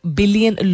billion